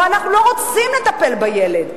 או: אנחנו לא רוצים לטפל בילד,